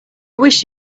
wish